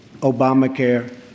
Obamacare